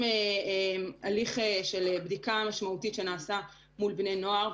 הליך של בדיקה משמעותית שנעשה מול בני נוער.